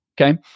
okay